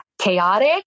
chaotic